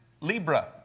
Libra